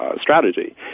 strategy